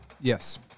Yes